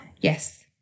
Yes